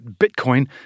Bitcoin